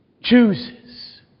chooses